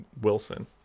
Wilson